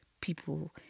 people